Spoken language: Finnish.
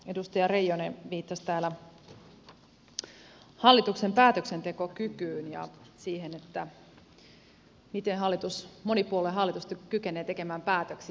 edustaja reijonen viittasi täällä hallituksen päätöksentekokykyyn ja siihen miten monipuoluehallitus kykenee tekemään päätöksiä